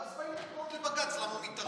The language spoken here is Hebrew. ואז באים בטענות לבג"ץ למה הוא מתערב.